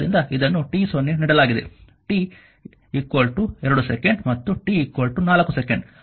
ಆದ್ದರಿಂದ ಇದನ್ನು t0 ನೀಡಲಾಗಿದೆ t 2 ಸೆಕೆಂಡ್ ಮತ್ತು t 4 ಸೆಕೆಂಡ್